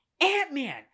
Ant-Man